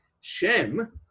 Shem